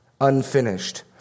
unfinished